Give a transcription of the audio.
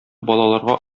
балаларга